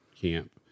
camp